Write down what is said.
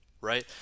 right